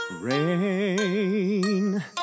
Rain